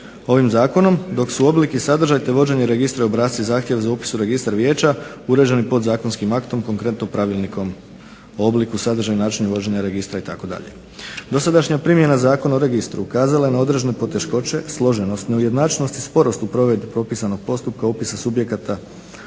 ovim zakonom dok su oblik i sadržaj te vođenje registra i obrasci zahtjev za upis u Registar vijeća uređeni podzakonskim aktom, konkretno Pravilnikom o obliku, sadržaju i načinu vođenja registra itd. Dosadašnja primjena Zakona o registru ukazala je na određene poteškoće, složenost, neujednačenost i sporost u provedbi propisanog postupka upisa subjekata